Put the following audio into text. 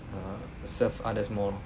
err serve others more lor